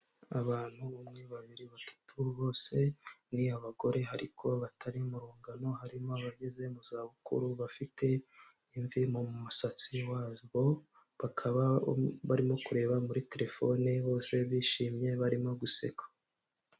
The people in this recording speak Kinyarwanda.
Abantu; umwe, babiri, batatu, bose ni abagore ariko batari mu rungano. Harimo abageze mu za bukuru bafite imvi mu musatsi wabo, bakaba barimo kureba muri telefone bose bishimye, barimo gusekwa.